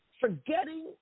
Forgetting